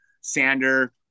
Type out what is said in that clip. sander